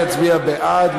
יצביע בעד,